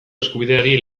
eskubideari